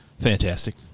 fantastic